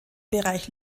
bereich